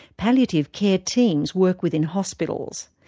palliative care teams work within hospitals.